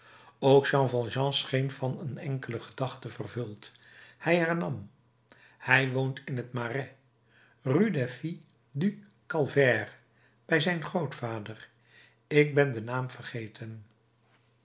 jean valjean scheen van een enkele gedachte vervuld hij hernam hij woont in het marais rue des filles du calvaire bij zijn grootvader ik ben den naam vergeten